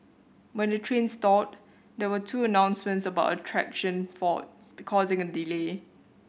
when the train stalled there were two announcements about a traction fault be causing a delay